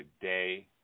Today